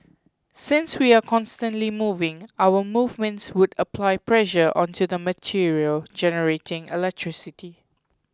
since we are constantly moving our movements would apply pressure onto the material generating electricity